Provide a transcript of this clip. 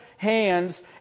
Hands